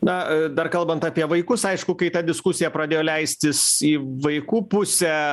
na dar kalbant apie vaikus aišku kai ta diskusija pradėjo leistis į vaikų pusę